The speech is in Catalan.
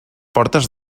portes